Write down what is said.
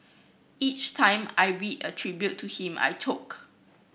each time I read a tribute to him I choke